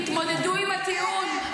תתמודדו עם הטיעון,